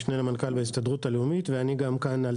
משנה למנכ"ל בהסתדרות הלאומית ואני כאן גם על